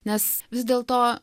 nes vis dėlto